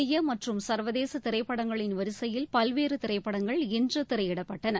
இந்திய மற்றும் சர்வதேச திரைப்படங்களின் வரிசையில் பல்வேறு திரைப்படங்கள் இன்று திரையிடப்பட்டன